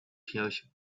kirche